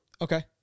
Okay